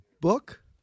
book